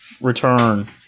return